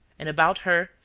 and about her,